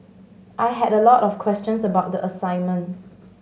I had a lot of questions about the assignment